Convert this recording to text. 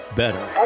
better